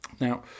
Now